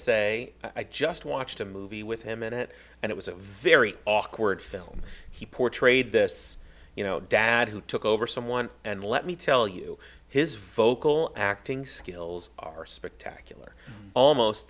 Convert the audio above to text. say i just watched a movie with him in it and it was a very awkward film he portrayed this you know dad who took over someone and let me tell you his vocal acting skills are spectacular almost